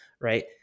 right